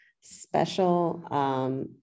special